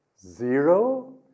Zero